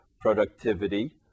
productivity